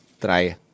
try